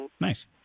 Nice